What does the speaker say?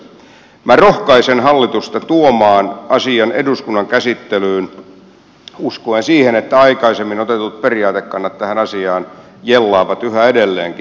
minä rohkaisen hallitusta tuomaan asian eduskunnan käsittelyyn uskoen siihen että aikaisemmin otetut periaatekannat tähän asiaan jellaavat yhä edelleenkin